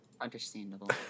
Understandable